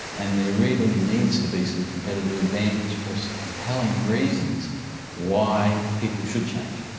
and there really needs to be some competitive advantage or some compelling reasons why people should change.